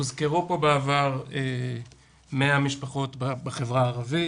הוזכרו פה בעבר 100 משפחות בחברה הערבית.